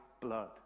blood